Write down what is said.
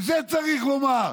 את זה צריך לומר,